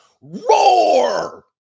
roar